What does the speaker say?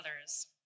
others